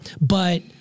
But-